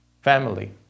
family